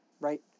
right